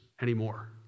anymore